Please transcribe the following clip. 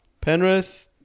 Penrith